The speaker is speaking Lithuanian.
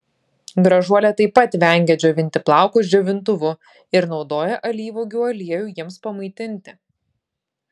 gražuolė taip pat vengia džiovinti plaukus džiovintuvu ir naudoja alyvuogių aliejų jiems pamaitinti